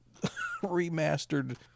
remastered